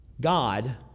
God